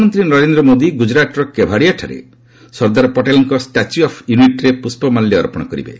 ପ୍ରଧାନମନ୍ତ୍ରୀ ନରେନ୍ଦ୍ର ମୋଦି ଗୁକୁରାଟ୍ର କେଭାଡିୟାଠାରେ ସର୍ଦ୍ଦାର ପଟେଲ୍ଙ୍କ ଷ୍ଟାଚ୍ୟୁ ଅଫ୍ ୟୁନିଟ୍ରେ ପୁଷ୍ପମାଲ୍ୟ ଅର୍ପଣ କରିବେ